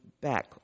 back